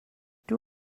too